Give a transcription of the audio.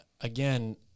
Again